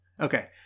Okay